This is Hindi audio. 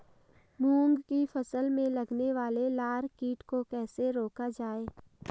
मूंग की फसल में लगने वाले लार कीट को कैसे रोका जाए?